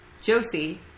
Josie